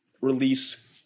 release